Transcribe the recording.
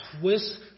twist